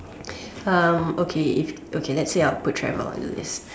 um okay if okay let's say I'll put travel on the list